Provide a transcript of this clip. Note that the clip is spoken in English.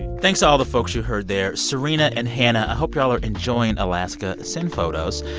thanks to all the folks you heard there. serena and hannah, i hope y'all are enjoying alaska. send photos.